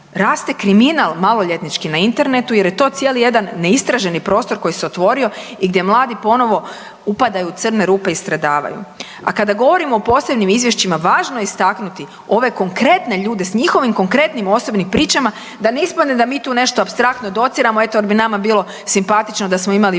raste kriminal maloljetnički na internetu jer je to cijeli jedan neistraženi prostor koji se otvorio i gdje mladi ponovno upadaju u crne rupe i stradavaju. A kada govorimo o posebnim izvješćima, važno je istaknuti ove konkretne ljude s njihovim konkretnim osobnim pričama da ne ispadne da mi tu nešto apstraktno dociramo eto jer bi nama bilo simpatično da smo imali više